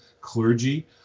clergy